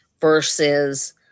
versus